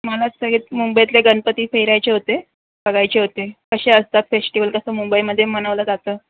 मलाच सगळ्यात मुंबईतले गणपती फिरायचे होते बघायचे होते कसे असतात फेष्टीवल कसं मुंबईमध्ये मनवलं जातं